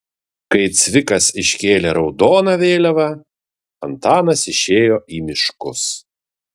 kai cvikas iškėlė raudoną vėliavą antanas išėjo į miškus